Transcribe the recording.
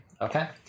Okay